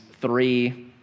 three